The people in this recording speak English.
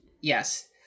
Yes